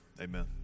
Amen